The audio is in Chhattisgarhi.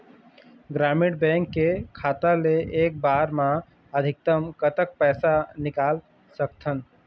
ग्रामीण बैंक के खाता ले एक बार मा अधिकतम कतक पैसा निकाल सकथन?